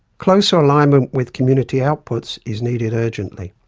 closer alignment with community outputs is needed urgently.